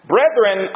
Brethren